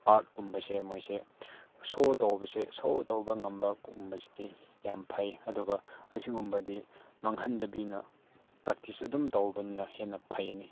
ꯑꯥꯔꯠꯀꯨꯝꯕꯁꯦ ꯃꯣꯏꯁꯦ ꯁꯣ ꯇꯧꯕꯁꯦ ꯁꯣ ꯇꯧꯕ ꯉꯝꯕꯒꯨꯝꯕꯁꯤꯗꯤ ꯌꯥꯝ ꯐꯩ ꯑꯗꯨꯒ ꯑꯁꯤꯒꯨꯝꯕꯗꯤ ꯃꯥꯡꯍꯟꯗꯕꯤꯗ ꯄ꯭ꯔꯦꯛꯇꯤꯁ ꯑꯗꯨꯝ ꯇꯧꯕꯅ ꯍꯦꯟꯅ ꯐꯩꯌꯦꯅꯦ